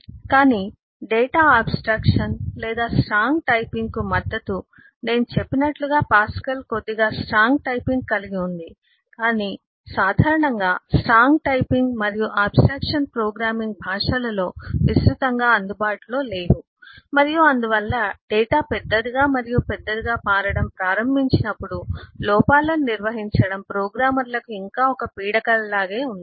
కాని data abstraction లేదా strong typing కు మద్దతు నేను చెప్పినట్లుగా పాస్కల్ కొద్దిగా స్ట్రాంగ్ టైపింగ్ కలిగి ఉంది కాని సాధారణంగా స్ట్రాంగ్ టైపింగ్ మరియు ఆబ్స్ ట్రాక్షన్ ప్రోగ్రామింగ్ భాషలలో విస్తృతంగా అందుబాటులో లేవు మరియు అందువల్ల డేటా పెద్దదిగా మరియు పెద్దదిగా మారడం ప్రారంభించినప్పుడు లోపాలను నిర్వహించడం ప్రోగ్రామర్లకు ఇంకా ఒక పీడకలలాగే ఉంది